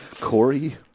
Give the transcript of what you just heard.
Corey